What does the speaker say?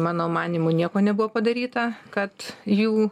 mano manymu nieko nebuvo padaryta kad jų